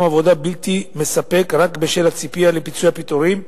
עבודה בלתי מספק רק בשל הציפייה לפיצויי הפיטורים,